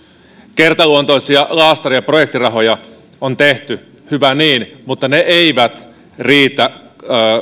kertaluontoisia laastari ja projektirahoja on tehty hyvä niin mutta ne eivät riitä